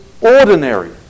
ordinary